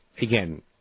again